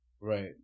right